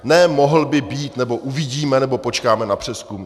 Ne mohl by být, nebo uvidíme, nebo počkáme na přezkum.